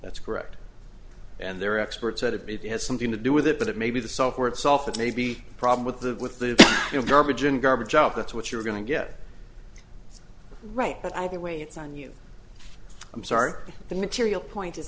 that's correct and there are experts at it as something to do with it but it may be the software itself that may be a problem with the with the garbage in garbage out that's what you're going to get right but either way it's on you i'm sorry but the material point